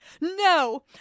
No